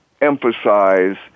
emphasize